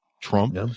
Trump